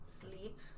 sleep